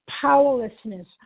powerlessness